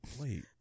Wait